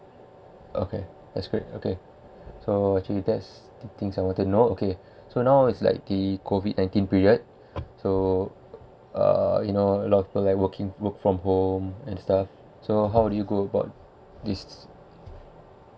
okay that's great okay so actually that's two things I wanted know okay so now is like the COVID nineteen period so uh you know a lot of working work from home and stuff so how do you go about this